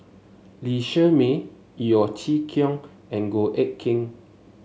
Lee Shermay Yeo Chee Kiong and Goh Eck Kheng